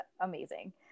amazing